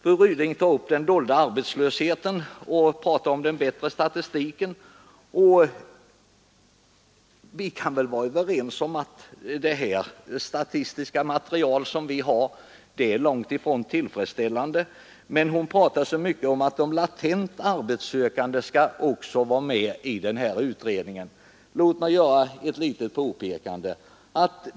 Fru Ryding tar upp den dolda arbetslösheten och talar om den bättre statistiken. Vi kan väl vara överens om att det statistiska material som vi har är långt ifrån tillfredsställande. Men hon talar så mycket om att de latent arbetssökande också skall vara med i den här undersökningen. Låt mig göra ett litet påpekande.